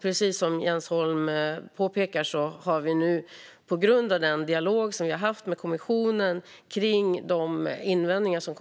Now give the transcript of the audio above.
Precis som Jens Holm påpekar har vi nu på grund av den dialog som vi har haft med kommissionen kring de invändningar som